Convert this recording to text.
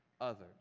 others